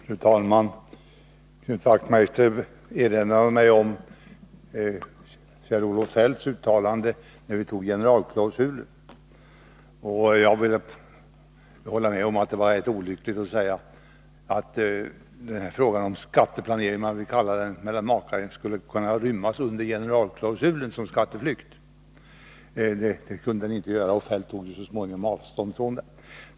Fru talman! Knut Wachtmeister erinrade mig om Kjell-Olof Feldts uttalande i samband med att vi antog generalklausulen. Jag vill hålla med om att det var rätt olyckligt att säga att s.k. skatteplanering mellan makar skulle kunna inrymmas under generalklausulen som skatteflykt. Kjell-Olof Feldt tog ju så småningom avstånd från det uttalandet.